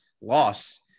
loss